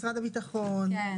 משרד הביטחון,